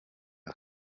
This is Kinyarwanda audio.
aha